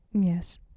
Yes